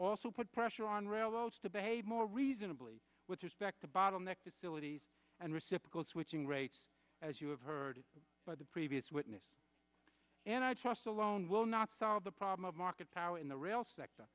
also put pressure on railroads to behave more reasonably with respect to bottleneck disability and reciprocal switching rates as you have heard by the previous witness and i trust alone will not solve the problem of market power in the real sector